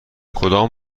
کدام